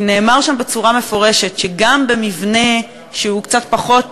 כי נאמר שם בצורה מפורשת כי גם במבנה שהוא קצת פחות